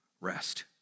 rest